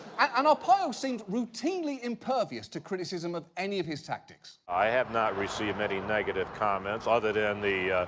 and arpaio seemed routinely impervious to criticism of any of his tactics. i have not received many negative comments, other than the,